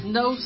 no